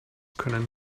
können